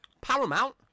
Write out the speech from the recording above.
Paramount